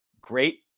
great